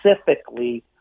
specifically